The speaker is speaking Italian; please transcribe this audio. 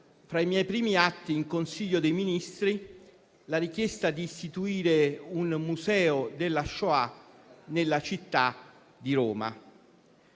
fra i miei primi atti in Consiglio dei ministri la richiesta di istituire un Museo della Shoah nella città di Roma.